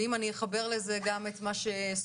ואם אני אחבר את זה גם למה שהצעתי,